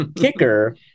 kicker